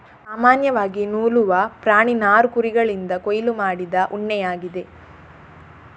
ಸಾಮಾನ್ಯವಾಗಿ ನೂಲುವ ಪ್ರಾಣಿ ನಾರು ಕುರಿಗಳಿಂದ ಕೊಯ್ಲು ಮಾಡಿದ ಉಣ್ಣೆಯಾಗಿದೆ